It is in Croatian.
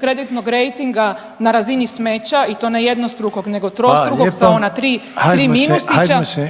kreditnog rejtinga na razini smeća i to ne jednostrukog, nego trostrukog sa ona tri minusića.